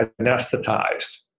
anesthetized